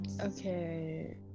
Okay